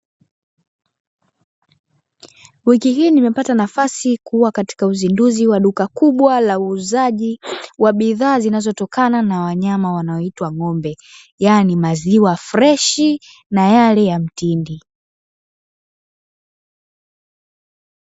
Wiki hii nimepata nafasi kuwa katika uzinduzi wa duka kubwa la uuzaji wa bidhaa zinazotokana na wanyama wanaoitwa ng'ombe yaani maziwa freshi na yale ya mtindi.